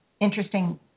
interesting